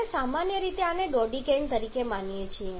આપણે સામાન્ય રીતે આને ડોડીકેન માનીએ છીએ